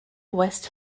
west